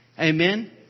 Amen